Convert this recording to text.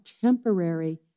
temporary